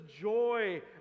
joy